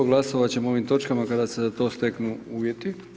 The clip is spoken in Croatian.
Glasovat ćemo o ovim točkama kada se za to steknu uvjeti.